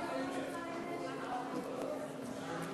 הרשימה נעולה.